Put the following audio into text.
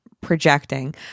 projecting